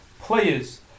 players